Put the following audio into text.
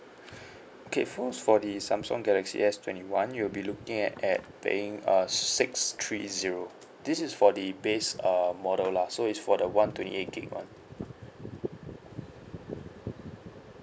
okay phones for the Samsung galaxy S twenty one you'll be looking at at paying uh six three zero this is for the base um model lah so is for the one twenty eight gigabyte one